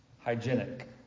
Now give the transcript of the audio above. hygienic